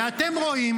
ואתם רואים